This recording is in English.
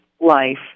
life